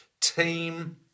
team